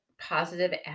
positive